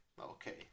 Okay